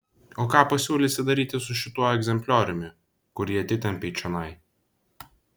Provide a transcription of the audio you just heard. o ką pasiūlysi daryti su šituo egzemplioriumi kurį atitempei čionai